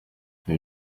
ibi